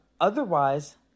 otherwise